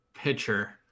pitcher